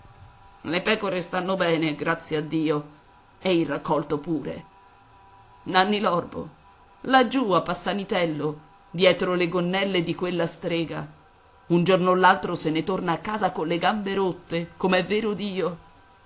le pecore stanno bene grazie a dio e il raccolto pure nanni l'orbo laggiù a passanitello dietro le gonnelle di quella strega un giorno o l'altro se ne torna a casa colle gambe rotte com'è vero dio